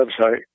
website